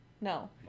no